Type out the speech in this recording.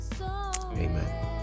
amen